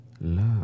love